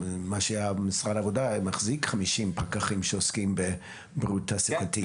משרד העבודה מחזיק חמישים פקחים שעוסקים בבריאות תעסוקתית.